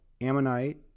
Ammonite